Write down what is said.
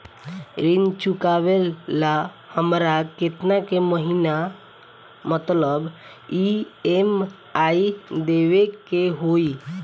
ऋण चुकावेला हमरा केतना के महीना मतलब ई.एम.आई देवे के होई?